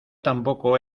tampoco